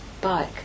bike